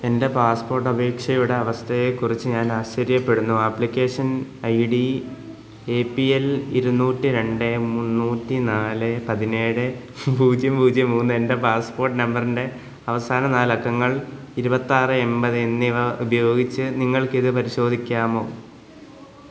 എന്റെ പാസ്പോർട്ട് അപേക്ഷയുടെ അവസ്ഥയെക്കുറിച്ച് ഞാൻ ആശ്ചര്യപ്പെടുന്നു application I D A P L ഇരുനൂറ്റി രണ്ട് മുന്നൂറ്റി നാല് പതിനേഴ് പൂജ്യം പൂജ്യം മൂന്ന് എന്റെ പാസ്പോർട്ട് നമ്പറിന്റെ അവസാന നാലക്കങ്ങൾ ഇരുപത്തിആറ് എൺപത് എന്നിവ ഉപയോഗിച്ച് നിങ്ങൾക്കിത് പരിശോധിക്കാമോ